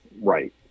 Right